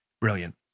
Brilliant